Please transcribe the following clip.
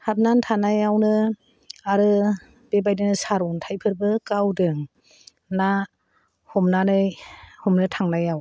हाबनानै थानायावनो आरो बेबादिनो सार अन्थायफोरबो गावदों ना हमनानै हमनो थांनायाव